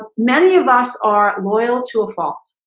many of us are loyal to a fault.